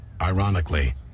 Ironically